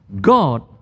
God